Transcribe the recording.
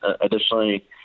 additionally